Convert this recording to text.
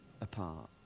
apart